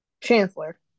Chancellor